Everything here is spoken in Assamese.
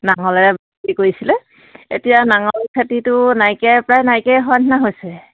নাঙলেৰে কৰিছিলে এতিয়া নাঙল খেতিটো নাইকিয়াই প্ৰায় নাইকিয়াই হোৱা নিচিনা হৈছে